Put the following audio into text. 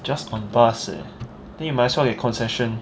just on bus eh then you might as well get concession